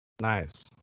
Nice